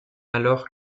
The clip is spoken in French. alors